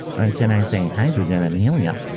should i say, hydrogen and helium?